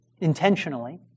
intentionally